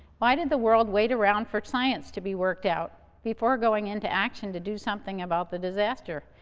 why did the world wait around for science to be worked out before going into action to do something about the disaster?